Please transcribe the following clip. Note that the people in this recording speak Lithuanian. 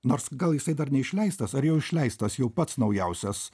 nors gal jisai dar neišleistas ar jau išleistos jau pats naujausias